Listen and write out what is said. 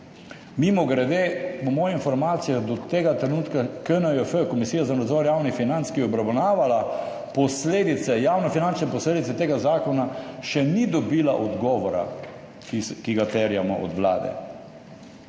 Mimogrede, po mojih informacijah do tega trenutka KNJF, Komisija za nadzor javnih financ, ki je obravnavala posledice, javnofinančne posledice tega zakona, še ni dobila odgovora, ki ga terjamo od Vlade.